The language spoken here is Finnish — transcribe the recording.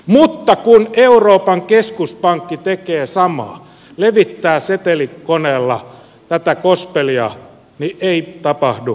mutta kun euroopan keskuspankki tekee samaa levittää setelikoneella tätä gospelia niin ei tapahdu mitään